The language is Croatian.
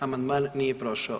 Amandman nije prošao.